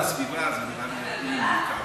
ועדת הפנים ואיכות הסביבה נראה לי מתאים.